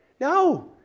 No